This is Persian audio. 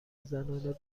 زنانه